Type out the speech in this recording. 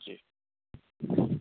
जी